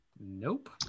Nope